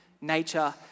nature